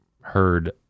heard